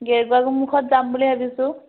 গেৰুকামুুখত যাম বুলি ভাবিছোঁ